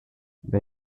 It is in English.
they